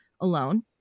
alone